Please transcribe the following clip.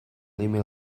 email